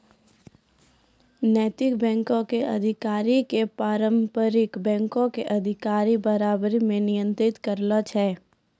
नैतिक बैंको के अधिकारी के पारंपरिक बैंको के अधिकारी बराबरी मे नियंत्रित करै छै